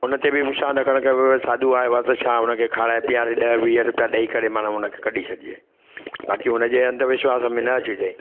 हुन ते बि विश्वास न करणु खपे भई साधु आयो आहे त छा हुनखे खाराए पीआरे ॾह वीह रुपया ॾेई करे माण्हू हुनखे कढी छॾजे बाक़ी हुनते अंधविश्वास में न अचिजे